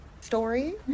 story